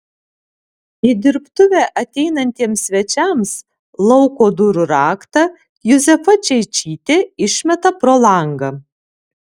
į dirbtuvę ateinantiems svečiams lauko durų raktą juzefa čeičytė išmeta pro langą